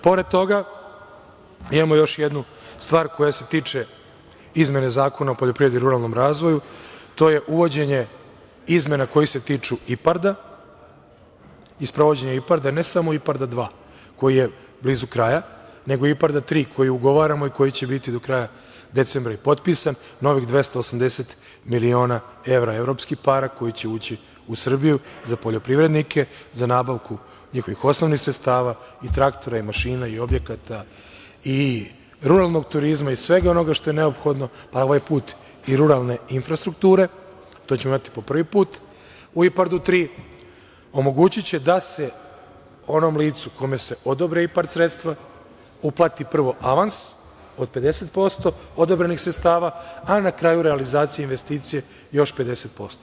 Pored toga, imamo još jednu stvar koja se tiče izmene Zakona o poljoprivredi i ruralnom razvoju to je uvođenje izmena koje se tiču IPARD-a i sprovođenje IPARD-a, ne samo IPARDA 2, koji je blizu kraja, nego IPARDA 3. koji ugovaramo i koji će biti do kraja decembra potpisan novih 280 miliona evra evropskih para koji će ući u Srbiju za poljoprivrednike, za nabavku njihovih osnovnih sredstava i traktora i mašina i objekata i ruralnog turizma i svega onoga što je neophodno, pa ovaj put i ruralne infrastrukture, to ćemo imati po prvi put, u IPADU 3. omogućiće da se onom licu kome se odobre IPARD sredstva uplati prvo avans od 50% odobrenih sredstava, a na kraju realizacija investicije još 50%